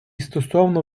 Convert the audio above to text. стосовно